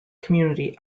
community